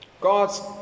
God's